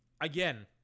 again